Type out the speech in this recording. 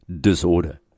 Disorder